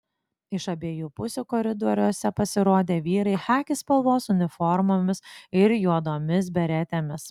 iš abiejų pusių koridoriuose pasirodė vyrai chaki spalvos uniformomis ir juodomis beretėmis